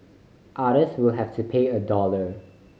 others will have to pay a dollar